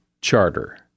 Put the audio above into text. Charter